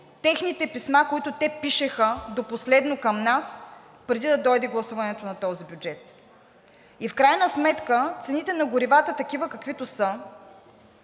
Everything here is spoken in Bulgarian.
получили писмата, които пишеха до последно към нас, преди да дойде гласуването на този бюджет. В крайна сметка цените на горивата такива, каквито са,